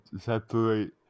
separate